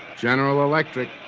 general electric,